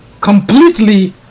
completely